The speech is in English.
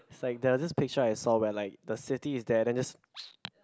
it's like there was this picture I saw where like the city is there then just